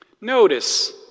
Notice